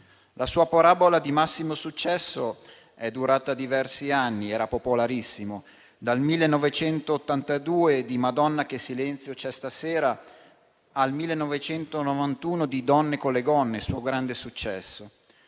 La sua parabola di massimo successo è durata diversi anni. Era popolarissimo: dal 1982, con "Madonna che silenzio c'è stasera", al 1991, con "Donne con le gonne", suo grande successo.